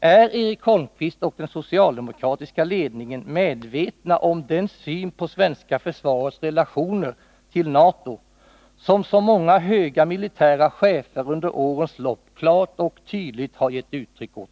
Är Eric Holmqvist och den socialdemokratiska ledningen medvetna om den syn på det svenska försvarets relationer till NATO som så många höga militära chefer under årens lopp klart och tydligt har gett uttryck åt?